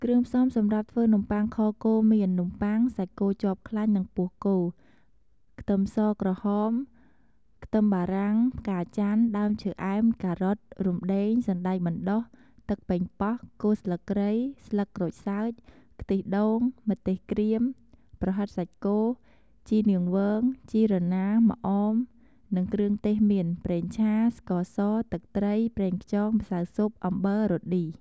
គ្រឿងផ្សំសម្រាប់ធ្វើនំបុ័ងខគោមាន នំប័ុង សាច់គោជាប់ខ្លាញ់និងពោះគោ ខ្ទឹមស ក្រហម ខ្ទឹមបារាំង ផ្កាចាន់ ដើមឈើអែម ការ៉ុត រំដេង សណ្ដែកបណ្ដុះ ទឹកប៉េងប៉ោះ គល់ស្លឹកគ្រៃ ស្លឹកក្រូចសើច ខ្ទិះដូង ម្ទេសក្រៀម ប្រហិតសាច់គោ ជីនាងវង ជីរណា ម្អម និងគ្រឿងទេសមាន ប្រេងឆា ស្ករស ទឹកត្រី ប្រងខ្យង ម្សៅស៊ុប អំបិល រ៉តឌី ។